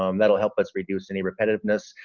um that will help us reduce any repetitiveness.